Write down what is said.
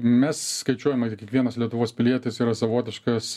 mes skaičiuojame kad kiekvienas lietuvos pilietis yra savotiškas